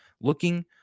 looking